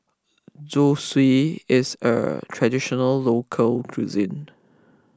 Zosui is a Traditional Local Cuisine